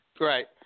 right